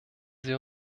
sie